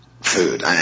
Food